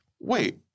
Wait